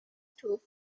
twofold